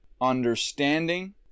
understanding